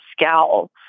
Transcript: scowl